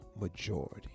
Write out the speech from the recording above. majority